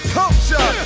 culture